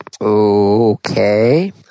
Okay